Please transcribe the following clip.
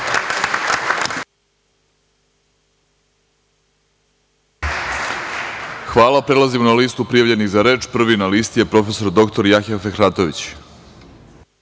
Hvala. Prelazimo na listu prijavljenih za reč. Prvi na listi je prof. dr Jahja Fehratović. Izvolite.